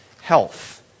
health